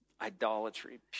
idolatry